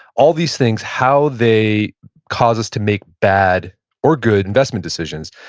all these things, how they cause us to make bad or good investment decisions.